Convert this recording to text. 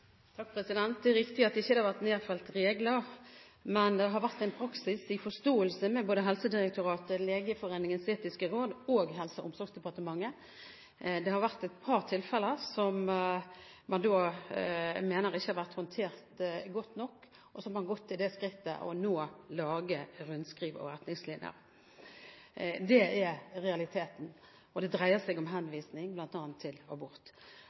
Det er riktig at det ikke har vært nedfelt regler, men det har vært en praksis i forståelse mellom Helsedirektoratet, Legeforeningens etiske råd og Helse- og omsorgsdepartementet. Det har vært et par tilfeller som man mener ikke har vært håndtert godt nok, som gjør at man har gått til det skrittet nå å lage rundskriv og retningslinjer. Det er realiteten. Og det dreier seg om henvisning bl.a. til abort.